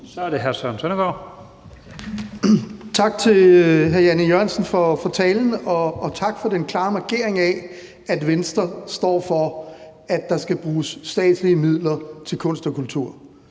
Kl. 11:55 Søren Søndergaard (EL): Tak til hr. Jan E. Jørgensen for talen, og tak for den klare markering af, at Venstre står for, at der skal bruges statslige midler til kunst og kultur.